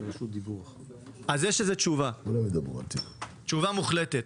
אז יש לזה תשובה, תשובה מוחלטת: